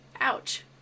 ouch